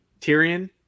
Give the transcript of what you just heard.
Tyrion